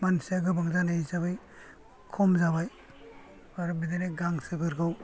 मानसिया गोबां जानाय हिसाबै खम जाबाय आरो बिदिनो गांसोफोरखौ